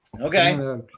Okay